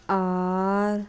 R